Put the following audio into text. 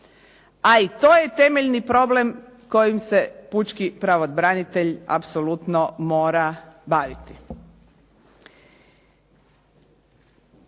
a i to je temeljni problem kojim se pučki pravobranitelj apsolutno mora baviti.